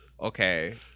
Okay